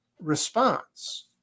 response